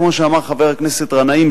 כמו שאמר חבר הכנסת גנאים,